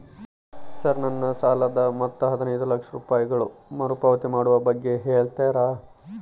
Sir ನನ್ನ ಸಾಲದ ಮೊತ್ತ ಹದಿನೈದು ಲಕ್ಷ ರೂಪಾಯಿಗಳು ಮರುಪಾವತಿ ಮಾಡುವ ಬಗ್ಗೆ ಹೇಳ್ತೇರಾ?